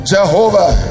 Jehovah